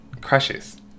crushes